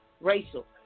racial